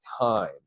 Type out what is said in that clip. time